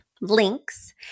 links